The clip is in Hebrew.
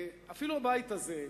אפילו הבית הזה,